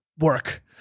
work